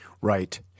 Right